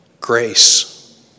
Grace